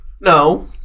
No